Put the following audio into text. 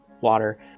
water